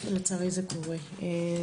לצערי, זה קורה.